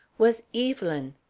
was evelyn.